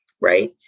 right